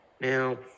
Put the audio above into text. Now